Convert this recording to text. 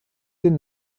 den